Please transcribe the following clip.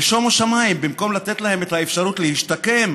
ושומו שמיים, במקום לתת להם את האפשרות להשתקם,